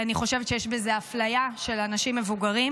אני חושבת שיש בזה אפליה של אנשים מבוגרים.